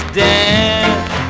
dance